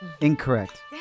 Incorrect